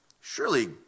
Surely